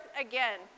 again